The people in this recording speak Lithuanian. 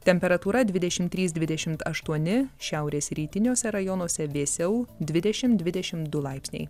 temperatūra dvidešim trys dvidešimt aštuoni šiaurės rytiniuose rajonuose vėsiau dvidešim dvidešim du laipsniai